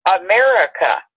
America